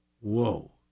whoa